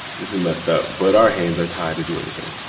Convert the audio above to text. this is messed up, but our hands are tied to do anything